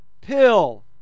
pill